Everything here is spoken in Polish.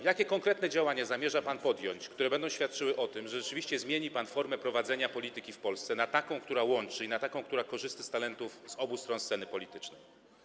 Jakie konkretne działania zamierza pan podjąć, które będą świadczyły o tym, że rzeczywiście zmieni pan formę prowadzenia polityki w Polsce na taką, która łączy, i na taką, która korzysta z talentów z obu stron sceny politycznej?